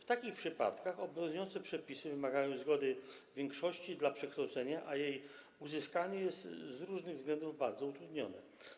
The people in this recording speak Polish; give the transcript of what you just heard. W takich przypadkach obowiązujące przepisy wymagają zgody większości dla przekształcenia, a jej uzyskanie jest z różnych względów bardzo utrudnione.